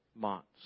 months